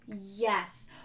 yes